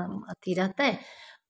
अथी रहतै